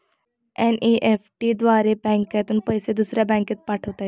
NEFT द्वारे एका बँकेतून दुसऱ्या बँकेत पैसे पाठवता येतात